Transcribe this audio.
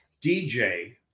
DJ